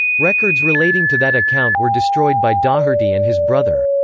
records relating to that account were destroyed by daugherty and his brother.